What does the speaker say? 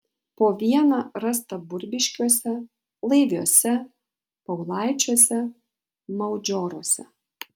po vieną rasta burbiškiuose laiviuose paulaičiuose maudžioruose